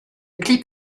clip